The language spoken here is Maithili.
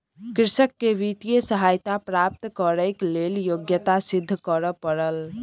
कृषक के वित्तीय सहायता प्राप्त करैक लेल योग्यता सिद्ध करअ पड़ल